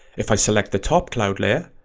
if i select the top cloud layer,